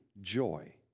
joy